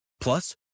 Plus